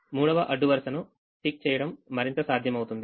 మూడవ అడ్డు వరుసను టిక్ చేయడం మరింత సాధ్యమవుతుంది